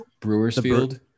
Brewersfield